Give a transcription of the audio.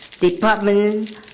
department